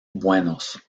buenos